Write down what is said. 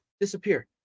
disappear